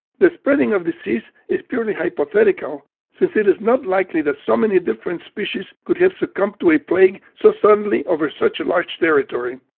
the spreading of disease is purely hypothetical since it is not likely that so many different species could have succumbed to a plague so suddenly over such a large territory.